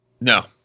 No